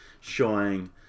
showing